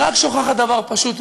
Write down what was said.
היא רק שוכחת דבר פשוט,